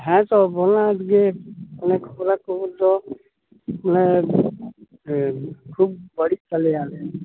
ᱦᱮᱸ ᱛᱳ ᱚᱱᱟ ᱮᱥ ᱜᱮ ᱚᱱᱮ ᱠᱚᱲᱟ ᱠᱚᱫᱚ ᱚᱱᱮ ᱠᱷᱩᱵ